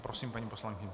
Prosím, paní poslankyně.